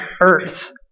earth